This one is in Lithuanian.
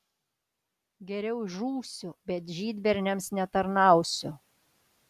geriau žūsiu bet žydberniams netarnausiu